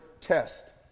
Test